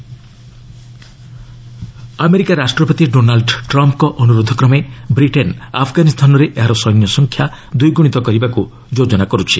NATO summit America ରାଷ୍ଟ୍ରପତି Donald ଟ୍ରମ୍ପଙ୍କ ଅନୁରୋଧ କ୍ରମେ ବ୍ରିଟେନ ଆଫଗାନିସ୍ଥାନରେ ଏହାର ସୈନ୍ୟସଂଖ୍ୟା ଦ୍ୱିଗୁଣିତ କରିବାକୁ ଯୋଜନା କରିଛି